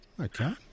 Okay